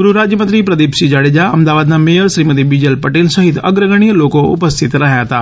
ગૃહરાજયમંત્રી પ્રદિપસિંહ જાડેજા અમદાવાદના મેથર શ્રીમતી બીજલ પટેલ સહિત અગ્રગણ્ય લોકો ઉપસ્થિત રહ્યા હતાં